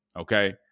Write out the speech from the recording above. okay